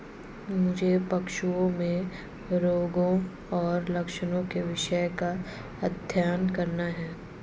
मुझे पशुओं में रोगों और लक्षणों के विषय का अध्ययन करना है